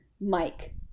Mike